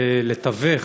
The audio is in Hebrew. ולתווך,